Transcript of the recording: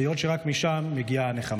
היות שרק משם מגיעה הנחמה.